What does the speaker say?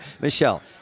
Michelle